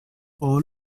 all